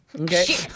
Okay